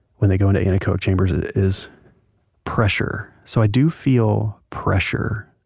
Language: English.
when they go into anechoic chambers is pressure. so i do feel pressure,